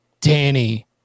Danny